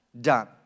done